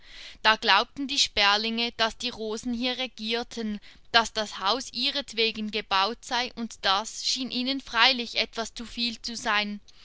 da glaubten die sperlinge daß die rosen hier regierten daß das haus ihretwegen gebaut sei und das schien ihnen freilich etwas zu viel zu sein